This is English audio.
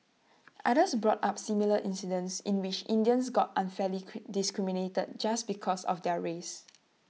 others brought up similar incidents in which Indians got unfairly discriminated just because of their race